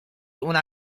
una